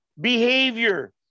behavior